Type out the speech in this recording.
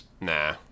Nah